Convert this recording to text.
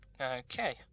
Okay